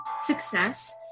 success